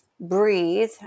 breathe